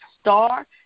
star